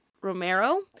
Romero